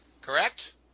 correct